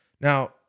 Now